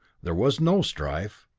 there was no strife,